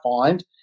find